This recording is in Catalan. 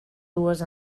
dues